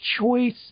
choice